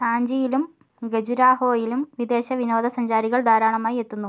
സാഞ്ചിയിലും ഖജുരാഹോയിലും വിദേശ വിനോദ സഞ്ചാരികൾ ധാരാളമായി എത്തുന്നു